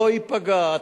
לא ייפגעו.